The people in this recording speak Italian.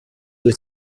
due